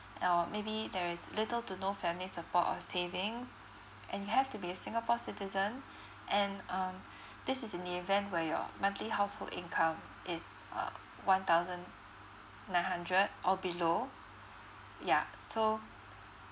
or maybe there is little to no family support or savings and you have to be a singapore citizen and um this is in the event where your monthly household income is uh one thousand nine hundred or below yeah so